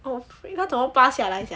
oh 那怎么拔下来 sia